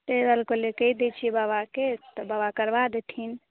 ताहि दुआरे कहलिए कहि दै छिए बाबाकेँ तऽ बाबा करबा देथिन